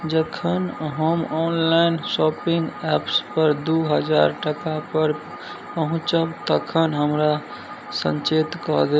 जखन हम online shopping एप्सपर दू हजार टाकापर पहुँचब तखन हमरा सञ्चेत कऽ देब